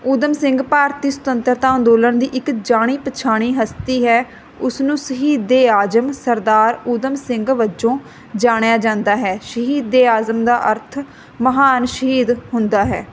ਊਧਮ ਸਿੰਘ ਭਾਰਤੀ ਸੁਤੰਤਰਤਾ ਅੰਦੋਲਨ ਦੀ ਇੱਕ ਜਾਣੀ ਪਛਾਣੀ ਹਸਤੀ ਹੈ ਉਸਨੂੰ ਸ਼ਹੀਦ ਏ ਆਜ਼ਮ ਸਰਦਾਰ ਊਧਮ ਸਿੰਘ ਵੱਜੋਂ ਜਾਣਿਆ ਜਾਂਦਾ ਹੈ ਸ਼ਹੀਦ ਏ ਆਜ਼ਮ ਦਾ ਅਰਥ ਮਹਾਨ ਸ਼ਹੀਦ ਹੁੰਦਾ ਹੈ